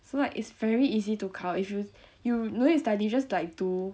so like it's very easy to 考 if you you don't need to study just like 读